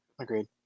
Agreed